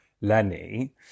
Lenny